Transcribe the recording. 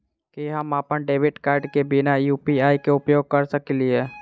की हम अप्पन debit card केँ बिना यु.पी.आई केँ उपयोग करऽ सकलिये?